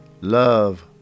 Love